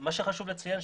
מה שחשוב לציין,